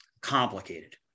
complicated